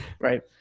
Right